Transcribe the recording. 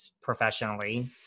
professionally